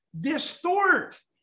Distort